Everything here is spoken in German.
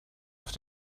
auf